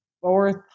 fourth